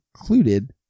included